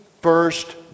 first